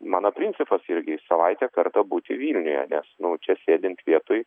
mano principas irgi į savaitę kartą būti vilniuje nes čia sėdint vietoj